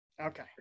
Okay